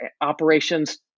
operations